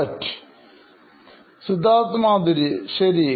Siddharth Maturi CEO Knoin Electronics ശരി